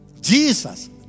Jesus